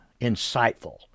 insightful